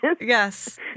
Yes